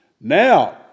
Now